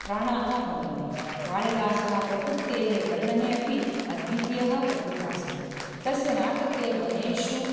प्राणाः भवन्ति कालिदासः प्रकृतेः वर्णने अपि अद्वितीयः प्रतिभासते तस्य नाटके वनेषु